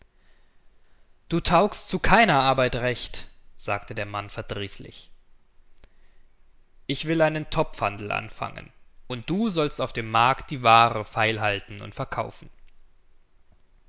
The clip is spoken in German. du taugst zu keiner arbeit recht sagte der mann verdrießlich ich will einen topfhandel anfangen und du sollst auf dem markt die waare feilhalten und verkaufen